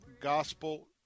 Gospel